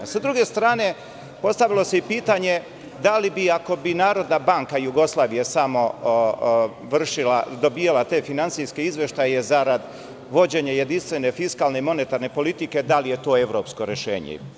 Sa druge strane, postavilo se pitanje – da li bi, ako bi Narodna banka Jugoslavije vršila, dobijala te finansijske izveštaje zarad vođenja jedinstvene fiskalne i monetarne politike, to bilo evropsko rešenje?